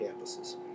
campuses